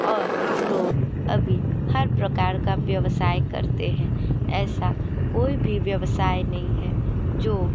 और लोग अभी हर प्रकार का व्यवसाय करते हैं ऐसा कोई भी व्यवसाय नहीं है जो